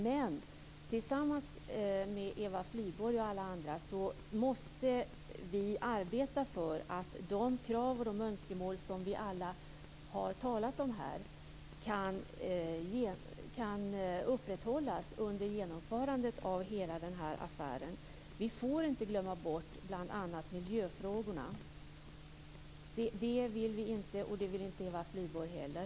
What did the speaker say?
Men tillsammans med Eva Flyborg och alla andra måste vi arbeta för att de krav och de önskemål som vi alla har talat om här kan upprätthållas under genomförandet av hela den här affären. Vi får inte glömma bort bl.a. miljöfrågorna. Det vill vi inte och det vill inte Eva Flyborg heller.